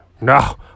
No